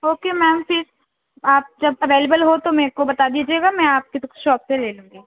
okay ma'am پھر آپ جب اویلبیل ہو تو میکو بتا دیجیے گا میں آپ کی شاپ سے لے لوں گی